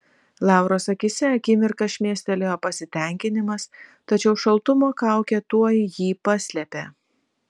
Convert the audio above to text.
lauros akyse akimirką šmėstelėjo pasitenkinimas tačiau šaltumo kaukė tuoj jį paslėpė